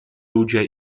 ludzie